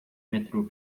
metrô